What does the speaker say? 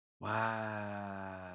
Wow